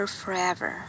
forever